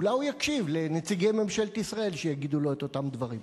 אולי הוא יקשיב לנציגי ממשלת ישראל שיגידו לו את אותם דברים.